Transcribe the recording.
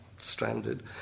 stranded